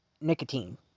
Nicotine